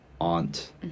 aunt